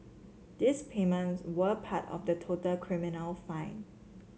these payments were part of the total criminal fine